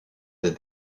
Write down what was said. des